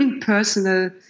personal